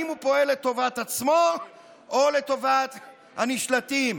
האם הוא פועל לטובת עצמו או לטובת הנשלטים?